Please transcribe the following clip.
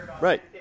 Right